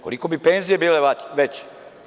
Koliko bi penzije bile veće?